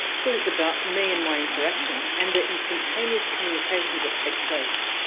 because it's about me and my interactions and the instantaneous communications that take place.